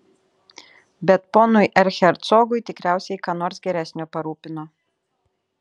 bet ponui erchercogui tikriausiai ką nors geresnio parūpino